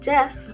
Jeff